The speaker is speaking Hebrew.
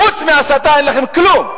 חוץ מהסתה אין לכם כלום,